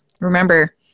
Remember